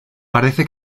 parece